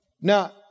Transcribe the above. Now